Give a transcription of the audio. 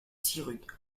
sirugue